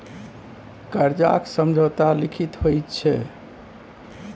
करजाक समझौता लिखित होइ छै